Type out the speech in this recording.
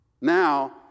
Now